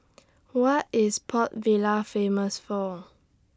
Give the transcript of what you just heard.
What IS Port Vila Famous For